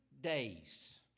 days